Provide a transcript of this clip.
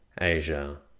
Asia